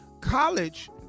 College